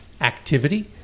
activity